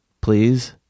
please